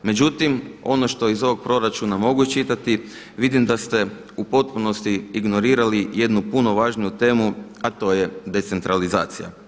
Međutim, ono što iz ovog proračuna mogu iščitati, vidim da ste u potpunosti ignorirali jednu puno važniju temu, a to je decentralizacija.